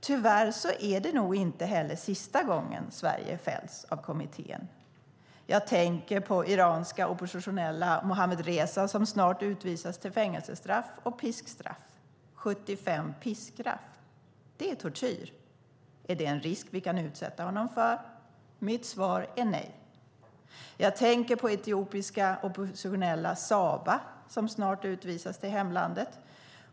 Tyvärr är det nog inte heller sista gången Sverige fälls av kommittén. Jag tänker på iranska oppositionella Mohammadreza, som snart utvisas till fängelsestraff och piskstraff. 75 piskrapp - det är tortyr. Är det en risk vi kan utsätta honom för? Mitt svar är nej. Jag tänker på etiopiska oppositionella Saba, som snart utvisas till hemlandet.